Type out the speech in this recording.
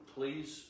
please